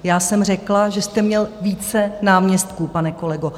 Já jsem řekla, že jste měl více náměstků, pane kolego.